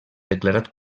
declarat